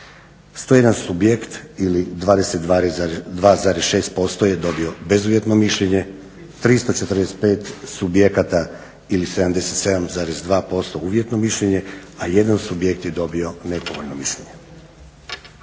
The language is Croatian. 101 subjekta ili 22,6% je dobilo bezuvjetno mišljenje, 345 subjekata ili 77,2% uvjetno mišljenje, a 1 subjekt je dobio nepovoljno mišljenje.